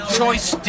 choice